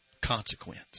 consequence